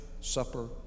supper